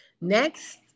Next